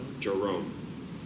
Jerome